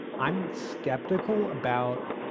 i'm skeptical about